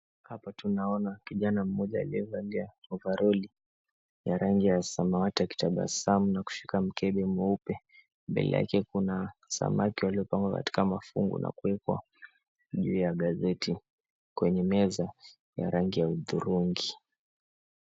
Hapa tunaona kijana mmoja aliyevalia ovaroli ya rangi ya samawati na kutabasamu na kushika mkebe mweupe, mbele yake kuna samaki waliopangwa katika mafungu na kuwekwa juu ya gazeti kwenye meza ya rangi ya hudhurungi.